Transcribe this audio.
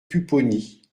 pupponi